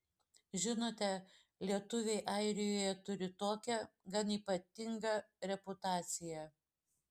žinote lietuviai airijoje turi tokią gan ypatingą reputaciją